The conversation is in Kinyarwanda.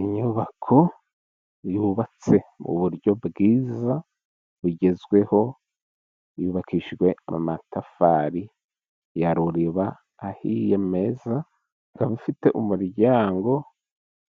Inyubako yubatse mu buryo bwiza bugezweho. Yubakishijwe amatafari ya Ruriba ahiye meza, ikaba ifite umuryango